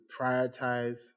prioritize